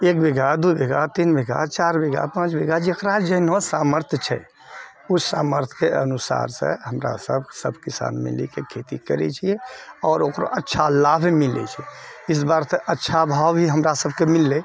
एक बीघा दू बीघा तीन बीघा चारि बीघा पाँच बीघा जकरा जेना सामर्थ छै ओ सामर्थके अनुसारसँ हमरा सब सब किसान मिलिकऽ खेती करै छिए आओर ओकरो अच्छा लाभ मिलै छै इसबार तऽ अच्छा भाव भी हमरा सबके मिललै